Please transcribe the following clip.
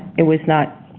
it was not